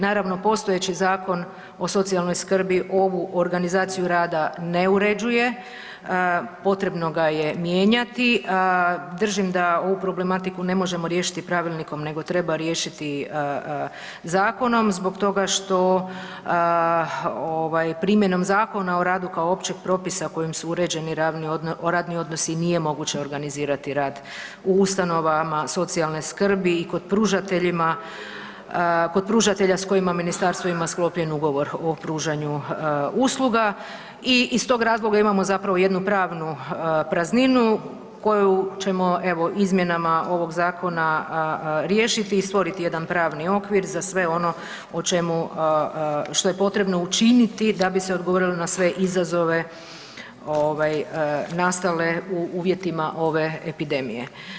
Naravno, postojeći Zakon o socijalnoj skrbi ovu organizaciju rada ne uređuje, potrebno ga je mijenjati, držim da ovu problematiku ne možemo riješiti Pravilnikom nego treba riješiti zakonom zbog toga što ovaj primjenom Zakona o radu kao općeg propisa kojim su uređeni radni odnosi i nije moguće organizirati rad u ustanovama socijalne skrbi i kod pružateljima, kod pružatelja s kojima ministarstvo ima sklopljen Ugovor o pružanju usluga i iz tog razloga imamo zapravo jednu pravnu prazninu koju ćemo evo izmjenama ovog zakona riješiti i stvoriti jedan pravni okvir za sve ono o čemu, što je potrebno učiniti da bi se odgovorilo na sve izazove ovaj nastale u uvjetima ove epidemije.